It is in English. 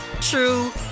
true